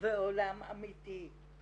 ועולם אמיתי,